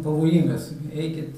pavojingas eikit